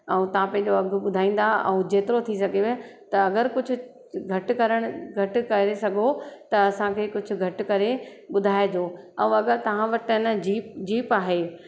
ऐं तव्हां पंहिंजे अघु ॿुधाईंदा ऐं जेतिरो थी सघेव त अगरि कुझु घटि करणु घटि करे सघो त असांखे कुझु घटि करे ॿुधाइजो ऐं अगरि तव्हां वटि त न जीप जीप आहे